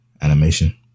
animation